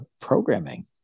programming